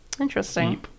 Interesting